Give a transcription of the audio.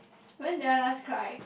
when they are last cry